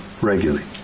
regularly